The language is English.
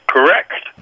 Correct